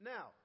Now